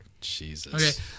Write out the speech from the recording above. Jesus